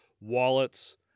wallets